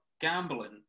gambling